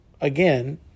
again